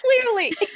clearly